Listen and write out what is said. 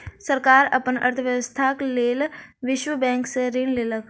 सरकार अपन अर्थव्यवस्था के लेल विश्व बैंक से ऋण लेलक